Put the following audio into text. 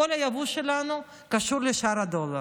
כל היבוא שלנו קשור לשער הדולר.